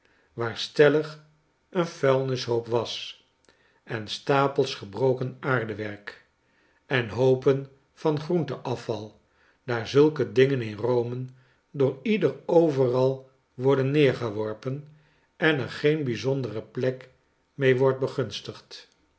waar stellig een vuilnishoop was en stapels gebroken aardewerk en hoopen van groente afval daar zulke dingen in rome door ieder overal worden neergeworpen en er geen bijzondere plek mee wordt begunstigd